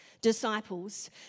disciples